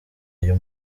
ayo